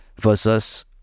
versus